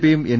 പിയും എൻ